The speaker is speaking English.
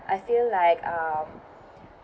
I feel like um